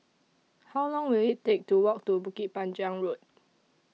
How Long Will IT Take to Walk to Bukit Panjang Road